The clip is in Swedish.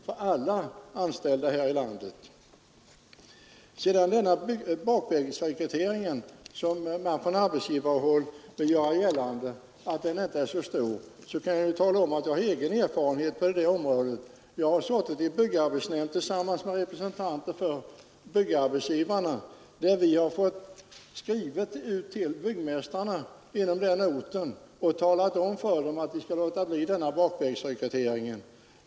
När det gäller denna bakvägsrekrytering, som man från arbetsgivarhåll vill göra gällande inte är så stor, kan jag tala om att jag har egen erfarenhet på området. Jag har suttit i byggarbetsnämnden tillsammans med representanter för byggarbetsgivarna, och vi har fått skriva till byggmästarna på orten och säga till dem att de skall låta bli denna bakvägsrekrytering.